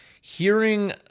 hearing